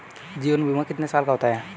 जीवन बीमा कितने साल का होता है?